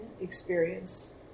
experience